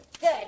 Good